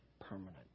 permanent